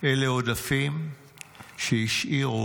"אלה עודפים שהשאירו